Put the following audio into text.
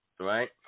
right